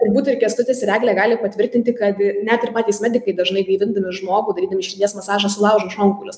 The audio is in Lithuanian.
turbūt ir kęstutis ir eglė gali patvirtinti kad net ir patys medikai dažnai gaivindami žmogų darydami širdies masažą sulaužo šonkaulius